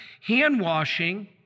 hand-washing